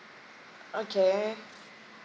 okay